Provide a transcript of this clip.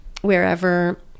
wherever